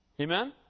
Amen